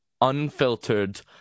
unfiltered